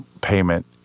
payment